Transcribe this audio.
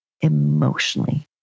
emotionally